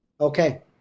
Okay